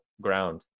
ground